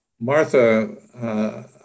Martha